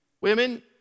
Women